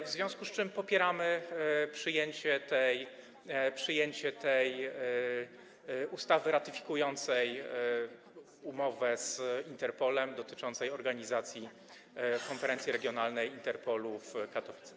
W związku z tym popieramy przyjęcie tej ustawy ratyfikującej umowę z Interpolem dotyczącej organizacji konferencji regionalnej Interpolu w Katowicach.